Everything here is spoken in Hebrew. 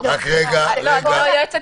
אני לא יועצת